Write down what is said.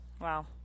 Wow